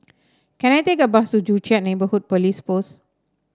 can I take a bus to Joo Chiat Neighbourhood Police Post